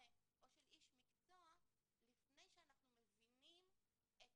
או של איש מקצוע לפני שאנחנו מבינים את